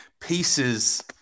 pieces